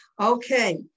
Okay